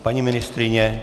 Paní ministryně?